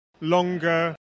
longer